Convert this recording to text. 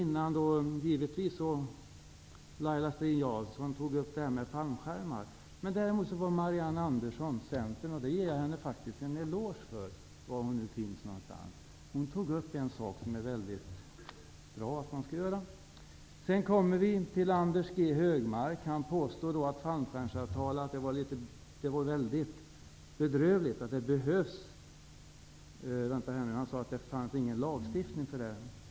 Laila Strid-Jansson tog upp fallskärmsavtalen, och även Marianne Andersson tog upp en bra sak, vilket jag vill ge henne en eloge för. Anders G Högmark påstod att det var bedrövligt att fallskärmsavtal skulle behövas. Han sade också att det inte finns någon lagstiftning mot sådana.